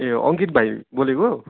ए अङ्कित भाइ बोलेको